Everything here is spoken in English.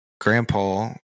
Grandpa